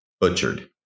butchered